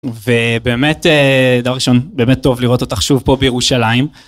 ובאמת, דבר ראשון, באמת טוב לראות אותך שוב פה בירושלים.